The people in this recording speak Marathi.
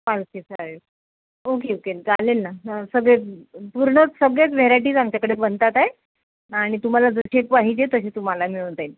पालखीसाठी ओके ओके चालेल ना सगळे पूर्ण सगळ्याच व्हेरायटीज आमच्याकडे बनतात आहे आणि तुम्हाला जसे पाहिजे तसे तुम्हाला मिळून जाईल